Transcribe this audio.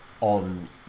on